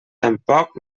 tampoc